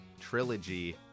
trilogy